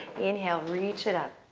inhale, reach it up.